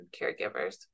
caregivers